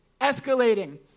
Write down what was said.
escalating